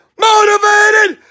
Motivated